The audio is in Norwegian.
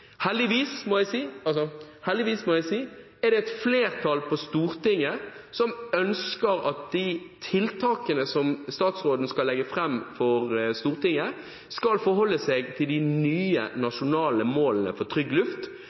Heldigvis, får jeg si, er det et flertall på Stortinget som ønsker at man når det gjelder de tiltakene som statsråden skal legge fram for Stortinget, skal forholde seg til de nye nasjonale målene for trygg luft.